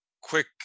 Quick